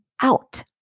out